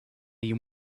you